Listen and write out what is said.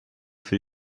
für